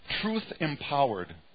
truth-empowered